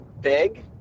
big